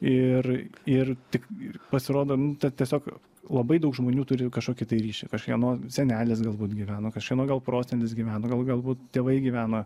ir ir tik ir pasirodo nu ta tiesiog labai daug žmonių turi kašokį tai ryšį kažkieno senelis galbūt gyveno kašieno gal prosenelis gyveno gal galbūt tėvai gyveno